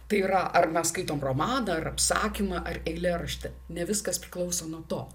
tai yra ar mes skaitom romaną ar apsakymą ar eilėraštį ne viskas priklauso nuo to